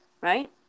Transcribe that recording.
right